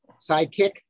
sidekick